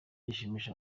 gishimisha